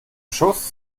schuss